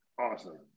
Awesome